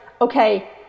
okay